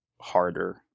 harder